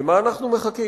למה אנחנו מחכים?